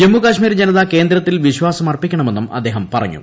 ജമ്മു കാശ്മീർ ജനത കേന്ദ്രത്തീൽ പ്രിശ്വാസമർപ്പിക്കണമെന്നും അദ്ദേഹം പറഞ്ഞു